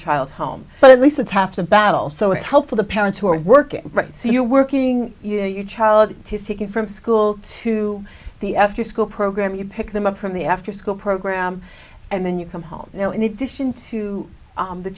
child home but at least it's half the battle so it's help for the parents who are working right so you're working your child has taken from school to the afterschool program you pick them up from the after school program and then you come home you know in addition to